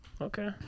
Okay